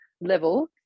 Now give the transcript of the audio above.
level